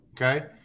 okay